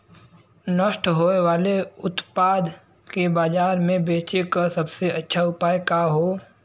नष्ट होवे वाले उतपाद के बाजार में बेचे क सबसे अच्छा उपाय का हो?